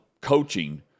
coaching